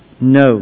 No